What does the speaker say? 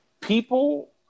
people